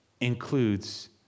includes